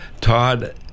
Todd